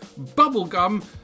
bubblegum